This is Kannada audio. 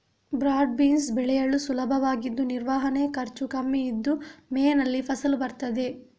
ಬ್ರಾಡ್ ಬೀನ್ಸ್ ಬೆಳೆಯಲು ಸುಲಭವಾಗಿದ್ದು ನಿರ್ವಹಣೆ ಖರ್ಚು ಕಮ್ಮಿ ಇದ್ದು ಮೇನಲ್ಲಿ ಫಸಲು ಬರ್ತದೆ